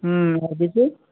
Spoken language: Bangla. হুম অফিসে